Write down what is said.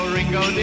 Ringo